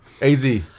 AZ